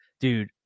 dude